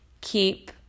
keep